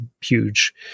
huge –